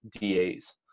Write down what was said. DAs